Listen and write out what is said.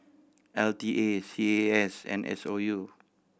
L T A C A A S and S O U